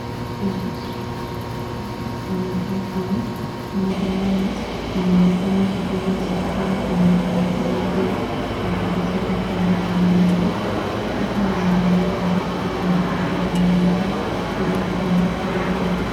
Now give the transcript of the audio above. Wanawake hawa wawili wamekaa chini. Mmoja wao anaonekana kushona barakoa kwenye cherehani hii na kuzipanga kando kwenye meza. Wote wamevalia barakoa na koti za maabara ili kuzingatia usafi.